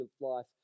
life